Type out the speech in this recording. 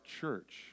church